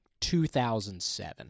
2007